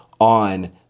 on